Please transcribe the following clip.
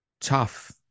Tough